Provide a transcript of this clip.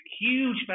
huge